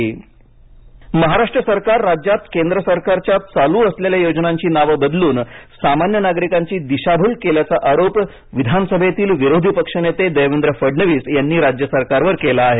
देवेंद्र फडणवीस महाराष्ट्र सरकार राज्यात केंद्र सरकारच्या चालू असलेल्या योजनांची नावे बदलून सामान्य नागरिकांची दिशाभूल केल्याचा आरोप विधानसभेतील विरोधी पक्षनेते देवेंद्र फडणवीस यांनी राज्य सरकारवर केला आहे